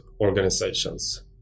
organizations